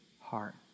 heart